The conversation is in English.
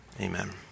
Amen